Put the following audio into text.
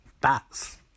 Bats